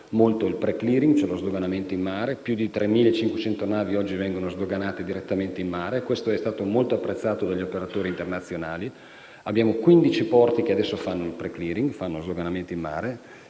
promosso il *preclearing*, ossia lo sdoganamento in mare: più di 3.500 navi oggi vengono sdoganate direttamente in mare e ciò è stato molto apprezzato dagli operatori internazionali. Abbiamo 15 porti che ora fanno il *preclearing*, lo sdoganamento in mare.